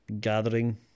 gathering